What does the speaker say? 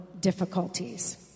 difficulties